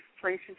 places